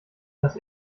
das